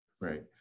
Right